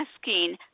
asking